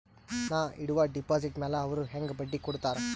ನಾ ಇಡುವ ಡೆಪಾಜಿಟ್ ಮ್ಯಾಲ ಅವ್ರು ಹೆಂಗ ಬಡ್ಡಿ ಕೊಡುತ್ತಾರ?